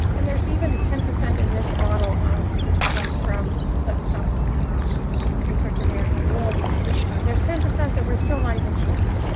and there's even a ten percent in this model um which we got from the tufts um researcher, maryanne wolf um there's ten percent that we're still not even sure of.